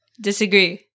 disagree